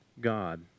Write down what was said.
God